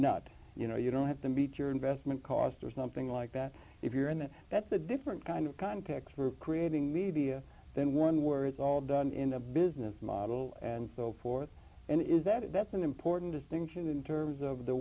nut you know you don't have to beat your investment cost or something like that if you're in that that's a different kind of context for creating media than one where it's all done in a business model and so forth and if that is that's an important distinction in terms of the